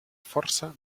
força